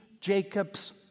Jacob's